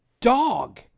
dog